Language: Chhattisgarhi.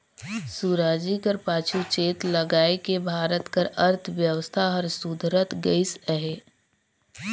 सुराजी कर पाछू चेत लगाएके भारत कर अर्थबेवस्था हर सुधरत गइस अहे